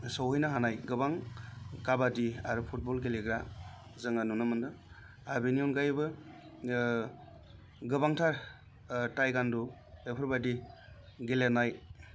सौहैनो हानाय गोबां काबादि आरो फुटबल गेलेग्रा जोङो नुनो मोनदों आरो बेनि अनगायैबो गोबांथार टाइकाण्ड' बेफोरबादि गेलेनाय